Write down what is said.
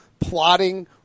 Plotting